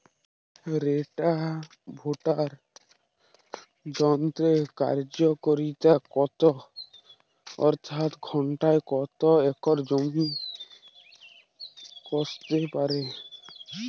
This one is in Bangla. রোটাভেটর যন্ত্রের কার্যকারিতা কত অর্থাৎ ঘণ্টায় কত একর জমি কষতে পারে?